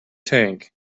tank